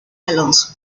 alonso